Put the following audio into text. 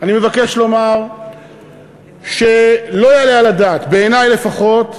אני מבקש לומר שלא יעלה על הדעת, בעיני לפחות,